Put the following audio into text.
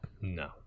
no